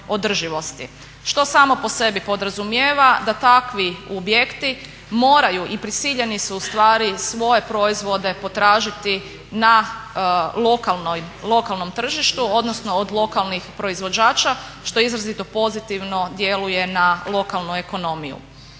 što samo po sebi podrazumijeva da takvi objekti moraju i prisiljeni su ustvari svoje proizvode potražiti na lokalnom tržištu odnosno od lokalnih proizvođača što izrazito pozitivno djeluje na lokalnu ekonomiju.